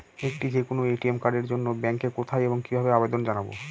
একটি যে কোনো এ.টি.এম কার্ডের জন্য ব্যাংকে কোথায় এবং কিভাবে আবেদন জানাব?